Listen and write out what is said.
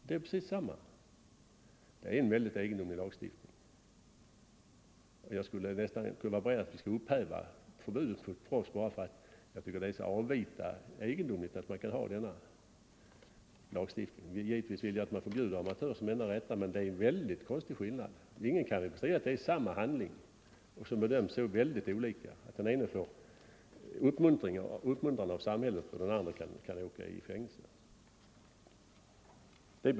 Det är en väldigt egendomlig lagstiftning. Jag skulle nästan vara beredd att upphäva förbudet för proffs bara för att jag tycker att denna lagstiftning är så egendomlig. Givetvis vill jag att man förbjuder amatörboxningen, vilket vore det enda rätta, men skillnaden är väldigt konstig. Ingen kan bestrida att det är samma handling som bedöms så olika. Den ene uppmuntras av samhället och den andre kan åka i fängelse.